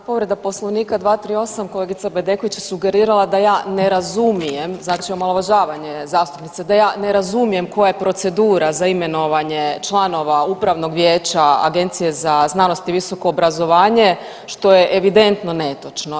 A povreda Poslovnika 238., kolegica Bedeković je sugerirala da ja ne razumijem, znači omalovažavanje zastupnice, da ja ne razumijem koja je procedura za imenovanje članova Upravnog vijeća Agencije za znanost i visoko obrazovanje što je evidentno netočno.